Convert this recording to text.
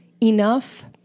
enough